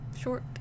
short